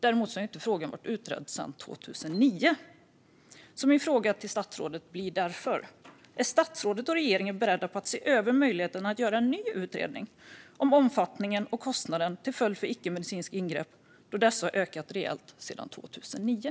Frågan har dock inte utretts sedan 2009, och min fråga till statsrådet blir därför: Är statsrådet och regeringen beredda att se över möjligheten att göra en ny utredning om omfattningen och kostnaden till följd av icke-medicinska ingrepp, då dessa har ökat rejält sedan 2009?